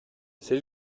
c’est